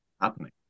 happening